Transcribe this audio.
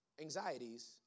anxieties